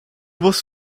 was